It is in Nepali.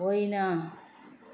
होइन